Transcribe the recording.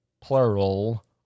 plural